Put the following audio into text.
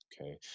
okay